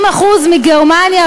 60% מגרמניה,